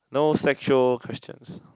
no sexual questions